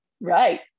right